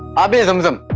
aabe yeah zam zam